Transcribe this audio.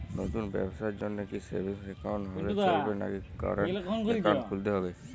নতুন ব্যবসার জন্যে কি সেভিংস একাউন্ট হলে চলবে নাকি কারেন্ট একাউন্ট খুলতে হবে?